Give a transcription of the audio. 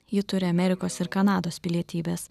ji turi amerikos ir kanados pilietybes